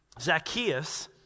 Zacchaeus